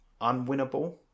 unwinnable